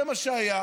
זה מה שהיה,